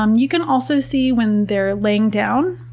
um you can also see when they're laying down,